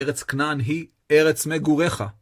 ארץ כנען היא ארץ מגורך.